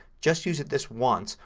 just use it this once,